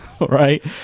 right